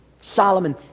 Solomon